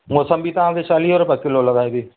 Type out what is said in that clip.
मौसमी तव्हांखे चालीह रुपए किलो लॻाइबी